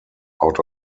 out